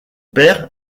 père